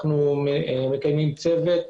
אנו מקיימים צוות.